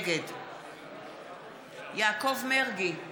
נגד יעקב מרגי,